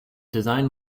design